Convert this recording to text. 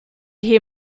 hear